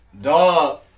Dog